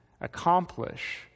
accomplish